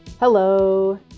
Hello